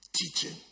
teaching